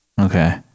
Okay